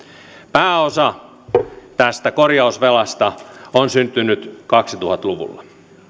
pääosa tästä korjausvelasta on syntynyt kaksituhatta luvulla